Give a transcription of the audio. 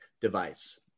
device